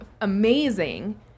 amazing